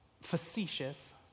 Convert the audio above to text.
facetious